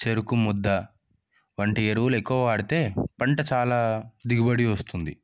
చెరుకు ముద్ద వంటి ఎరువులు ఎక్కువ వాడితే పంట చాలా దిగిబడి వస్తుంది